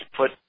put